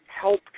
help